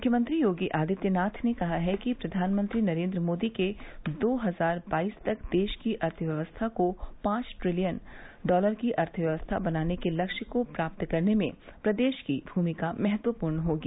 मुख्यमंत्री योगी आदित्यनाथ ने कहा कि प्रधानमंत्री नरेंद्र मोदी के दो हजार बाइस तक देश की अर्थव्यवस्था को पांच ट्रिलियन डॉलर की अर्थव्यवस्था बनाने के लक्ष्य को प्राप्त करने में प्रदेश की भूमिका महत्वपूर्ण होगी